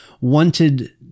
wanted